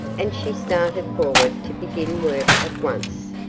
and she started forward to begin work at once.